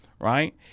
right